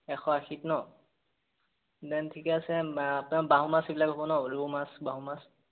এশ আশীত ন দেন ঠিকেই আছে আপোনাৰ বাহু মাছ এইবিলাক হ'ব ন ৰৌ মাছ বাহু মাছ